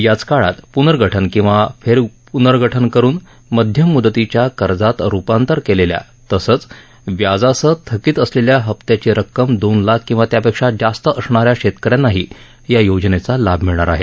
याच काळात पुनर्गठन किंवा फेरपुनर्गठन करून मध्यम मुदतीच्या कर्जात रूपांतर केलेल्या तसंच व्याजासह थकित असलेल्या हप्त्याची रक्कम दोन लाख किंवा त्यापेक्षा जास्त असणाऱ्या शेतकऱ्यांनाही या योजनेचा लाभ मिळणार आहे